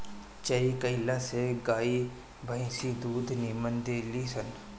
चरी कईला से गाई भंईस दूध निमन देली सन